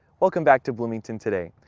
welcome back to bloomington today.